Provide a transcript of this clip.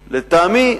לטעמי,